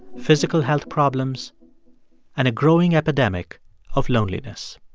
physical health problems and a growing epidemic of loneliness